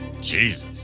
Jesus